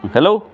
hello